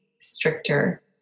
stricter